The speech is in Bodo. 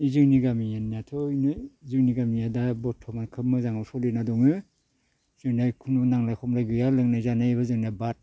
बे जोंनि गामिनियाथ' बेनो जोंनि गामिया दा बर्तमान खोब मोजाङाव सोलिना दङ जोंनिया कुनु नांज्लाय खमलाय गैया लोंनाय जानायाबो जोंना बाद